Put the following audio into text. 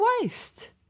waste